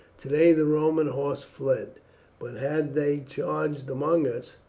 today the roman horse fled but had they charged among us,